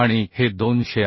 आणि हे 200 आहे